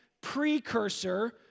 precursor